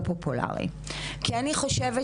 אבל אני אגיד